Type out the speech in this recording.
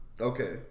Okay